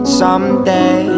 someday